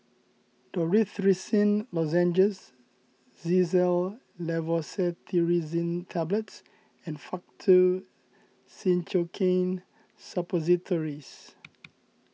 Dorithricin Lozenges Xyzal Levocetirizine Tablets and Faktu Cinchocaine Suppositories